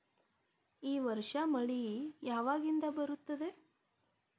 ಈ ವರ್ಷ ಮಳಿ ಯಾವಾಗಿನಿಂದ ಬರುತ್ತದೆ?